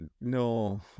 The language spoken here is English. no